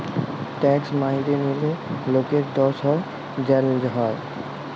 tax ম্যাইরে লিলে লকের দস হ্যয় জ্যাল হ্যয়